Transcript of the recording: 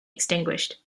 extinguished